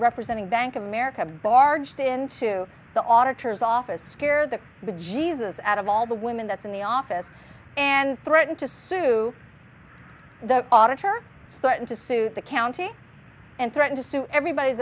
representing bank of america barged into the auditor's office scare the bejesus out of all the women that's in the office and threaten to sue the auditor threaten to sue the county and threaten to sue everybody